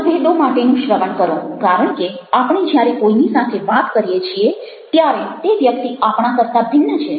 મતભેદો માટેનું શ્રવણ કરો કારણ કે આપણે જ્યારે કોઈની સાથે વાત કરીએ છીએ ત્યારે તે વ્યક્તિ આપણા કરતા ભિન્ન છે